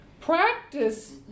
practice